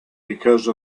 because